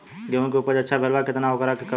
गेहूं के उपज अच्छा भेल बा लेकिन वोकरा के कब बेची?